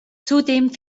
zudem